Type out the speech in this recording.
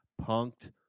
Punked